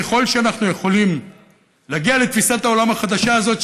ככל שאנחנו יכולים להגיע לתפיסת העולם החדשה הזאת,